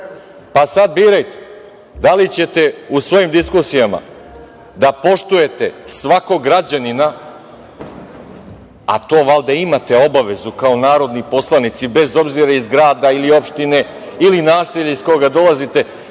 ulica. Sad birajte da li ćete u svojim diskusijama da poštujete svakog građanina, a to valjda imate obavezu kao narodni poslanici, bez obzira iz grada, opštine ili naselja iz koga dolazite,